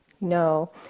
No